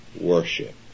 worship